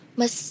mas